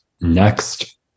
Next